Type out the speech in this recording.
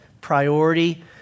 priority